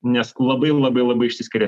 nes labai labai labai išsiskiria